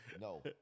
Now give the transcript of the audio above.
No